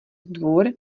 dvůr